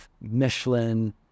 Michelin